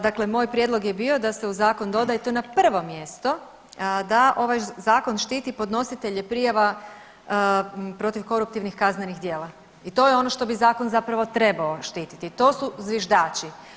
Dakle, moj prijedlog je bio da se u zakon doda i to na prvo mjesto da ovaj zakon štiti podnositelje prijava protiv koruptivnih kaznenih djela i to je ono što bi zakon zapravo trebao štititi, to su zviždači.